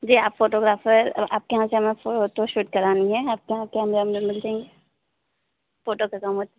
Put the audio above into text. जी आप फोटोग्राफर आपके यहाँ से हमें फोटोशूट करानी है आपके यहाँ कैमरा उमरा लग जाएंगे फोटो के सामान